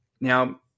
Now